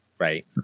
Right